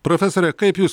profesore kaip jūs